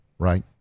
Right